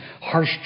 harsh